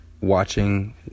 watching